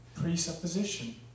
presupposition